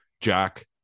Jack